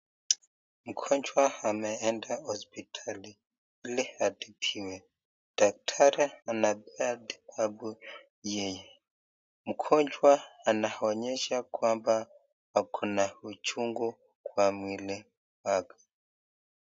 Mgonjwa ameenda hosiptali ili atibiwe, daktari anapea matibabu yeye. Mgonjwa anaonyesha kwamba ako na uchungu kwa mwili wake.